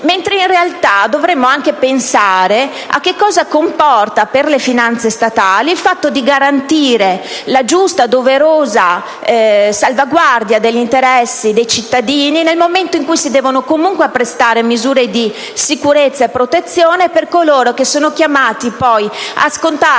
mentre in realtà dovremmo anche pensare a che cosa comporta per le finanze statali garantire la giusta e doverosa salvaguardia degli interessi dei cittadini nel momento in cui si devono comunque apprestare misure di sicurezza e protezione per coloro che sono chiamati poi a scontare